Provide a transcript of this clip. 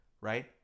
Right